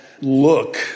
look